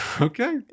Okay